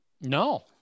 no